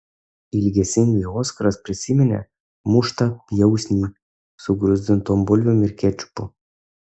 ilgesingai oskaras prisiminė muštą pjausnį su gruzdintom bulvėm ir kečupu